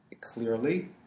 clearly